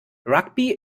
rugby